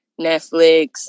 Netflix